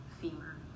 femur